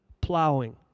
plowing